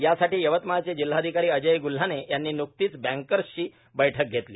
यासाठी यवतमाळचे जिल्हाधिकारी अजय गुल्हाने यांनी न्कतीच बँकर्सची बैठक घेतली